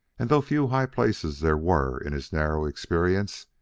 and though few high places there were in his narrow experience,